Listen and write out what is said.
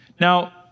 Now